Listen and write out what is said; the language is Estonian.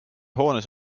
hoones